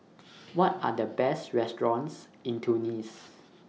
What Are The Best restaurants in Tunis